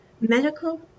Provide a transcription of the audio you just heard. medical